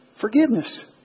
Forgiveness